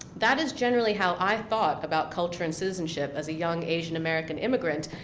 that is generally how i thought about culture and citizenship as a young asian american immigrant,